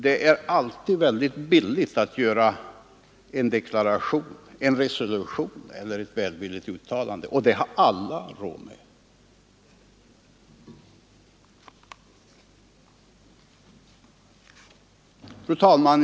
Det är alltid mycket billigt att göra en deklaration, en resolution eller ett välvilligt uttalande. Det har alla råd med. Herr talman!